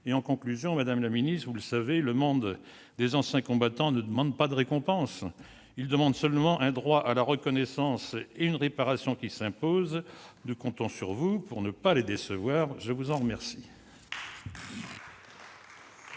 En conclusion, madame la secrétaire d'État, vous le savez, le monde des anciens combattants ne demande pas de récompense ; il demande seulement un droit à la reconnaissance et une réparation qui s'impose. Nous comptons sur vous pour ne pas le décevoir ! La parole